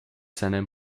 seinem